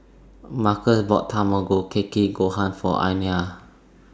Markus bought Tamago Kake Gohan For Ayanna